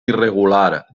irregular